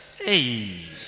Hey